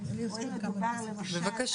או אם מדובר למשל על הסוגיה של אותם --- בבקשה,